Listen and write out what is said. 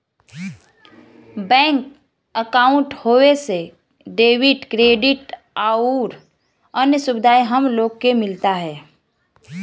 bank अंकाउट होये से डेबिट, क्रेडिट आउर अन्य सुविधा हम लोग के मिलला